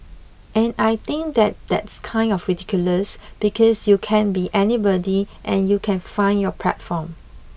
and I think that that's kind of ridiculous because you can be anybody and you can find your platform